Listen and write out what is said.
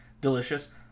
Delicious